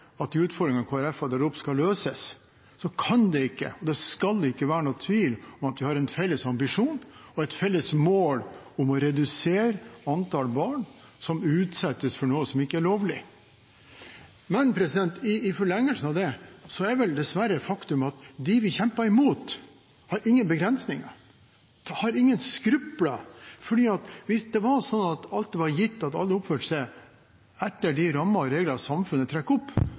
utfordringene Kristelig Folkeparti har tatt opp, skal løses, kan det ikke og skal det ikke være noen tvil om at vi har en felles ambisjon og et felles mål om å redusere antallet barn som utsettes for noe som ikke er lovlig. Men i forlengelsen av det er det vel dessverre et faktum at dem vi kjemper imot, har ingen begrensninger. De har ingen skrupler. For hvis det var sånn at det var gitt at alle oppførte seg etter de rammer og regler samfunnet trekker opp,